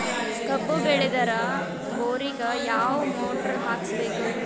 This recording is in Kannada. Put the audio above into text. ಕಬ್ಬು ಬೇಳದರ್ ಬೋರಿಗ ಯಾವ ಮೋಟ್ರ ಹಾಕಿಸಬೇಕು?